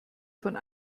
von